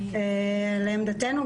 לעמדתנו,